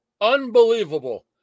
Unbelievable